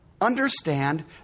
understand